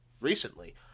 recently